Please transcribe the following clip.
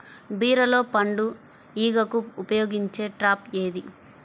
బీరలో పండు ఈగకు ఉపయోగించే ట్రాప్ ఏది?